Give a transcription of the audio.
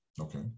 Okay